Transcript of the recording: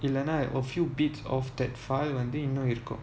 இல்லனா:illanaa a few bits of that file இன்னும் இருக்கும்:innum irukum